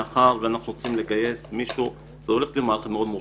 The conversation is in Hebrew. מאחר ואנחנו רוצים לגייס מישהו --- מאוד מורכבת,